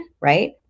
right